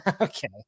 Okay